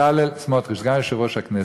סגן יושב-ראש הכנסת.